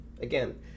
Again